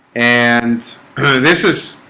and this is